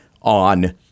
on